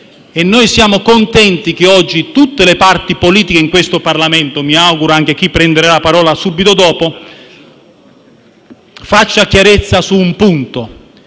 e noi siamo contenti che oggi tutte le parti politiche in questo Parlamento - mi auguro anche chi prenderà la parola subito dopo - faccia chiarezza su un punto: